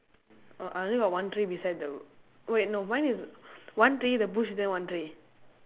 uh I only got one tree beside the wait no mine is one tree the bush beside one tree